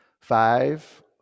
Five